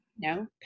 No